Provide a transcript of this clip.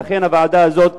שאכן הוועדה הזאת,